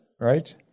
right